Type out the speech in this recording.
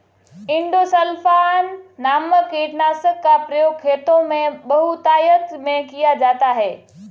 endosulfan नामक कीटनाशक का प्रयोग खेतों में बहुतायत में किया जाता है